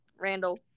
Randall